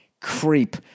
creep